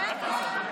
שמית.